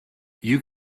you